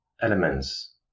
elements